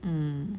mm